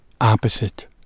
opposite